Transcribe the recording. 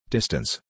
Distance